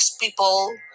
people